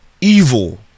evil